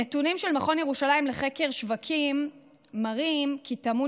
נתונים של מכון ירושלים לחקר שווקים מראים כי טמון